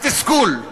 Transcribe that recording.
התסכול,